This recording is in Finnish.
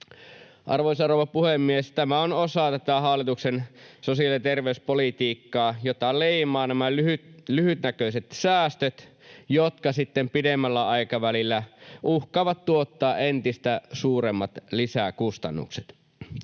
Arvoisa rouva puhemies! Tämä on osa tätä hallituksen sosiaali- ja terveyspolitiikkaa, jota leimaavat nämä lyhytnäköiset säästöt, jotka sitten pidemmällä aikavälillä uhkaavat tuottaa entistä suuremmat lisäkustannukset.